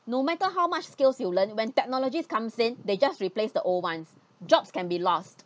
no matter how much skills you learn when technologies comes in they just replace the old ones jobs can be lost